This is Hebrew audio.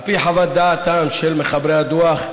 על פי חוות דעתם של מחברי הדוח,